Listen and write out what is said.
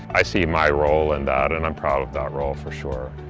i see my role in that and i'm proud of that role, for sure.